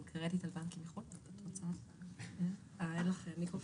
אני אנסה לדבר חזק,